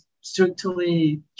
Strictly